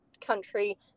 country